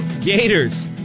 Gators